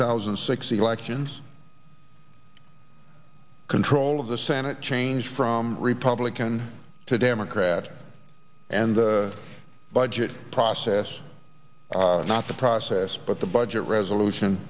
thousand and six elections control of the senate changed from republican to democrat and the budget process not the process but the budget resolution